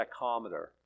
tachometer